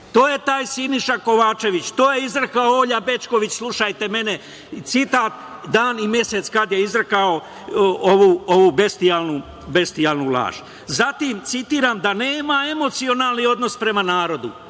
To je taj Siniša Kovačević, to je izrekla Olja Bećković, slušajte mene, citat, dan i mesec kad je izrekao ovu bestijalnu laž. Zatim, citiram – da nema emocionalni odnos prema narodu,